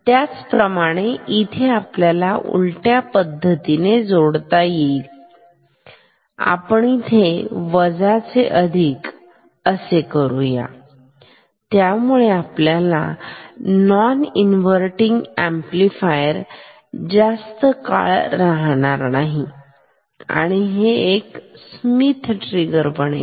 त्याप्रमाणेच इथे आपल्याला उलट्या पद्धतीने जोडता येईल आपण इथे वजा चे अधिक असे करूया त्यामुळे आपल्याला नॉन इन्व्हर्टिन ऍम्प्लिफायर जास्त काळ राहणार नाही आणि हे एक स्मिथ ट्रिगर बनेल